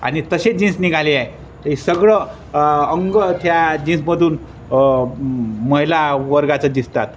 आणि तसे जीन्स निघाले आहे ते सगळं अंग त्या जीन्समधून महिला वर्गाचं दिसतात